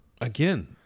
Again